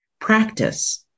Practice